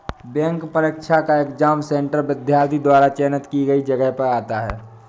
bank परीक्षा का exam centre विद्यार्थी द्वारा चयनित की गई जगह पर आता है